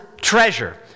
treasure